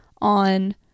on